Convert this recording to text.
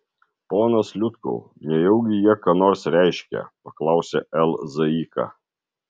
ponas liutkau nejaugi jie ką nors reiškia paklausė l zaika